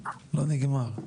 לא נגמר,